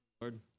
Lord